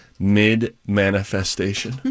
Mid-manifestation